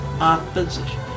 Opposition